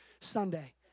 Sunday